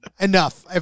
Enough